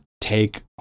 take